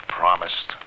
promised